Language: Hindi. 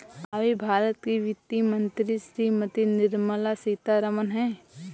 अभी भारत की वित्त मंत्री श्रीमती निर्मला सीथारमन हैं